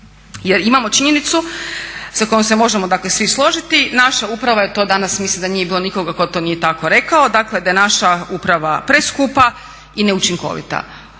Jer imamo činjenicu sa kojom se možemo dakle svi složiti, naša uprava je to danas mislim da nije bilo nikoga tko to nije tako rekao, dakle da je naša uprava preskupa i neučinkovita.